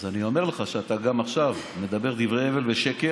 אז אני אומר לך שאתה גם עכשיו מדבר דברי הבל ושקר,